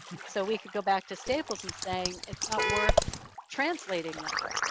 so we could go back to staples and say, it's not worth translating this.